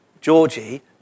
Georgie